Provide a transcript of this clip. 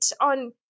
on